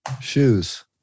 Shoes